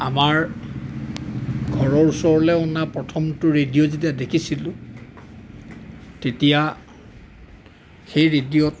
আমাৰ ঘৰৰ ওচৰলৈ অনা প্ৰথমটো ৰেডিঅ' যেতিয়া দেখিছিলোঁ তেতিয়া সেই ৰেডিঅ'ত